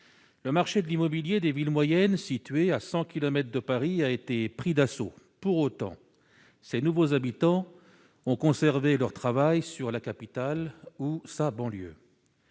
Le marché de l'immobilier des villes moyennes, situées à 100 kilomètres de Paris, a été pris d'assaut pour autant ces nouveaux habitants ont conservé leur travail sur la capitale ou sa banlieue.